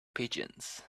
pigeons